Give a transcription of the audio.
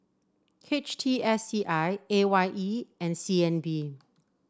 H T S C I A Y E and C N B